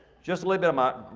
just a little bit on